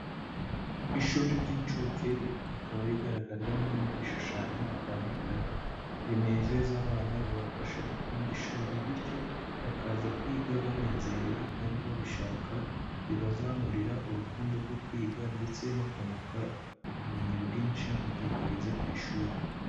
Ishuri ry'incuke rikaba rigaragarwamo n'ibishushanyo bitandukanye binezeza abana bibafasha gukunda ishuri, bityo bakaza kwiga banezerewe kandi babishaka, bibazamurira urukundo rwo kwiga ndetse no kunguka ubumenyi bwinshi mu gihe bageze ku ishuri.